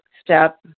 step